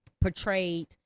portrayed